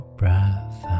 breath